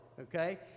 Okay